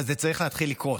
אבל זה צריך להתחיל לקרות.